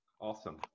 Awesome